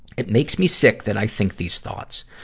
it makes me sick that i think these thoughts.